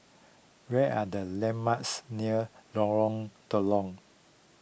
where are the landmarks near Lorong Telok